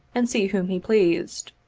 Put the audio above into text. and see whom he pleased.